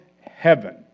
heaven